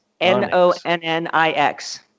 N-O-N-N-I-X